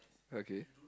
okay